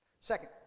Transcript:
Second